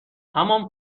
همان